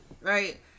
right